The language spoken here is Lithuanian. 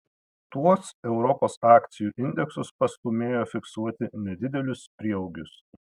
tuos europos akcijų indeksus pastūmėjo fiksuoti nedidelius prieaugius